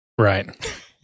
Right